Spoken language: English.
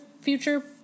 future